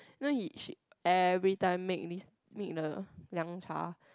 you know he she every time make this make the 凉茶:Liang-Cha